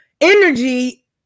energy